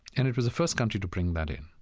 and it was the first country to bring that in.